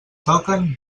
toquen